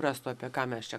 prastų apie ką mes čia